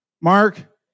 Mark